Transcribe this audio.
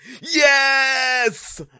yes